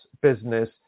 business